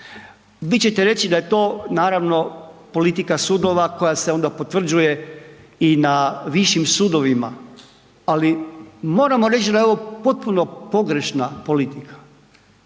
Vi ćete reći da je to naravno politika sudova koja se onda potvrđuje i na višim sudovima, ali moramo reć da je ovo potpuno pogrešna politika.